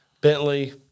Bentley